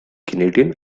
canadian